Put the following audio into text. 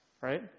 right